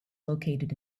located